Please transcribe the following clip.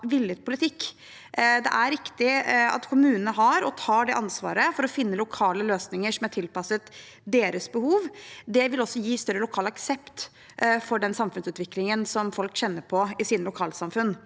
Det er riktig at kommunene har og tar det ansvaret for å finne lokale løsninger som er tilpasset deres behov. Det vil også gi større lokal aksept for den samfunnsutviklingen folk kjenner på i sine lokalsamfunn.